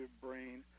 brain